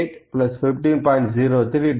032 15